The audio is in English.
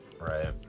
right